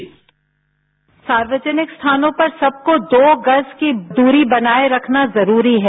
bite सार्वजनिक स्थानों पर सबको दो गज की दूरी बनाये रखना जरूरी है